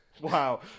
Wow